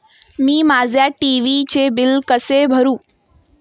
मी माझ्या टी.व्ही चे बिल कसे भरू?